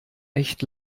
echt